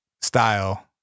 style